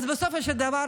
אז בסופו של דבר,